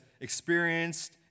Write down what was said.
experienced